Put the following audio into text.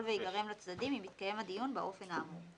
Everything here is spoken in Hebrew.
וייגרם לצדדים אם יתקיים הדיון באופן האמור.